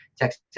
text